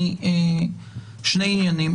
שני עניינים.